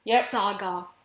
saga